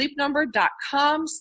sleepnumber.com